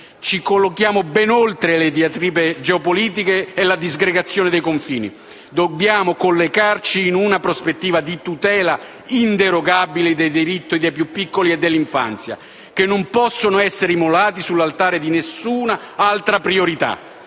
Ci attestiamo ben oltre le diatribe geopolitiche e la disgregazione dei confini, dovendoci collocare in una prospettiva di tutela inderogabile dei diritti dei più piccoli e dell'infanzia, che non possono essere immolati sull'altare di alcun altra priorità.